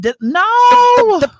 No